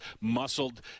muscled